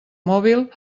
mòbil